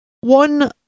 one